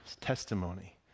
testimony